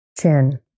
Chin